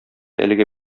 әлеге